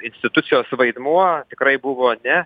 institucijos vaidmuo tikrai buvo ne